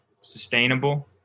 sustainable